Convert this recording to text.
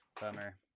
Bummer